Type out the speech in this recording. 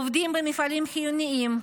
עובדים במפעלים חיוניים.